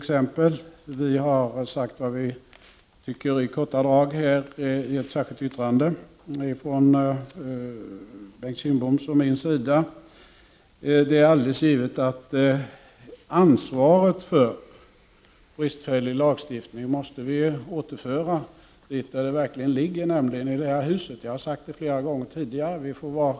Centern har i korta drag framfört sina åsikter i ett särskilt yttrande av Bengt Kindbom och mig. Det är alldeles givet att ansvaret för bristfällig lagstiftning måste återföras dit där det verkligen ligger, nämligen i det här huset. Vi får vara självkritiska, det har jag sagt flera gånger tidigare.